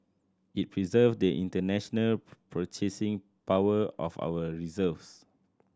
it preserve the international purchasing power of our reserves